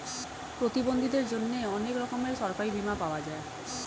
প্রতিবন্ধীদের জন্যে অনেক রকমের সরকারি বীমা পাওয়া যায়